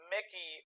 Mickey